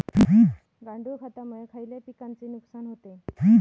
गांडूळ खतामुळे खयल्या पिकांचे नुकसान होते?